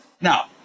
Now